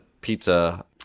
pizza